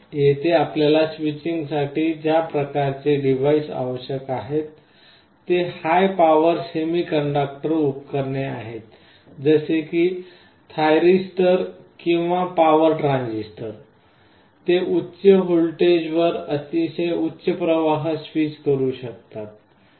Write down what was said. येथे आपल्याला स्विचिंगसाठी ज्या प्रकारचे डिव्हाइस आवश्यक आहेत ते हाय पावर सेमीकंडक्टर उपकरणे आहेत जसे की थाईरिस्टर्स किंवा पॉवर ट्रान्झिस्टर ते उच्च व्होल्टेजेसवर अतिशय उच्च प्रवाह स्विच करू शकतात